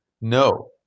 No